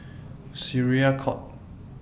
Syariah Court